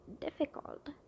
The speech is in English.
difficult